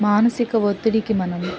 మానసిక ఒత్తిడికి మనం